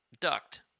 duct